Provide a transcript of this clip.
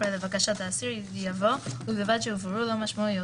אחרי "לבקשת האסיר" יבוא "ובלבד שהובהרו לו משמעויות